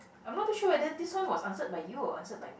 I'm not too sure whether this one was answered by you or answered by me